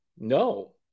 No